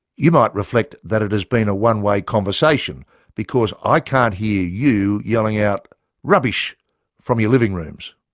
you might reflect that it has been a one-way conversation because i can't hear you yelling out rubbish from your living rooms!